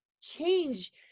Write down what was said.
change